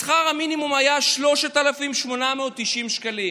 שכר המינימום היה 3,890 שקלים.